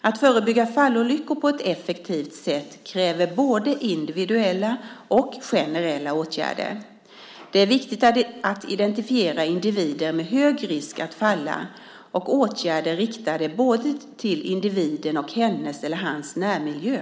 Att förebygga fallolyckor på ett effektivt sätt kräver både individuella och generella åtgärder. Det är viktigt att identifiera individer med hög risk att falla och åtgärder riktade både till individen och till hennes eller hans närmiljö.